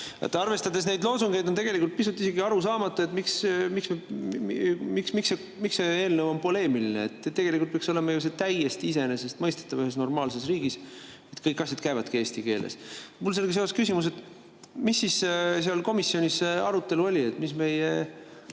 Arvestades neid loosungeid on tegelikult pisut isegi arusaamatu, miks see eelnõu on poleemiline. Tegelikult peaks olema täiesti iseenesestmõistetav ühes normaalses riigis, et kõik asjad käivadki eesti keeles. Mul on sellega seoses küsimus. Milline seal komisjonis arutelu oli? Mis meie